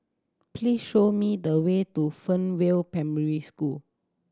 please show me the way to Fernvale Primary School